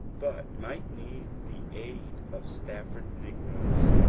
but might need the aid of stafford negroes.